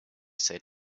said